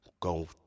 go